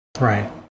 right